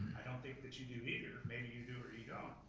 don't think that you do either, maybe you do or you